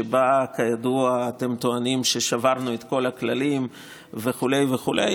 שבה כידוע אתם טוענים ששברנו את כל הכללים וכו' וכו',